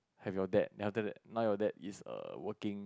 have your dad and after that now your dad is err working